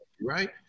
right